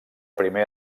primer